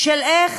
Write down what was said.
של איך